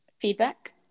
Feedback